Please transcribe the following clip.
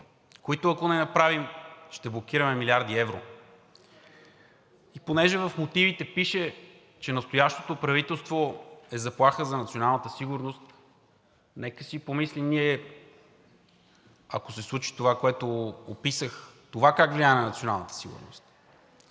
които, ако не направим, ще блокираме милиарди евро? И понеже в мотивите пише, че настоящото правителство е заплаха за националната сигурност, нека си помислим ние, ако се случи онова, което описах, това как влияе на националната сигурност.